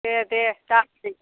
दे दे दा